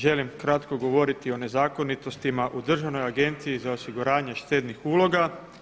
Želim kratko govoriti o nezakonitostima u Državnoj agenciji za osiguranje štednih uloga.